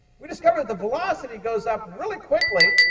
we discover that the velocity goes up really quickly,